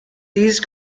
these